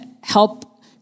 help